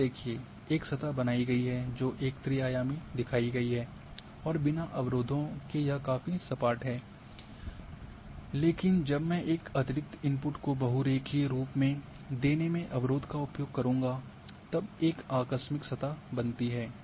यहाँ देखिये एक सतह बनाई गई है जो यहां एक त्रि आयामी दिखाई गई है और बिना अवरोधों के यह काफी सपाट है लेकिन जब मैं एक अतिरिक्त इनपुट को बहुरेखीय रूप में देने में अवरोध का उपयोग करूंगा तब एक आकस्मिक सतह बनती है